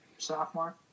sophomore